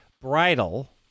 Bridal